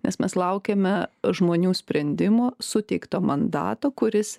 nes mes laukiame žmonių sprendimų suteikto mandato kuris